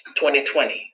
2020